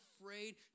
afraid